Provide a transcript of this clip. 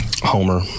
Homer